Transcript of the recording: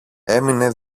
έμεινε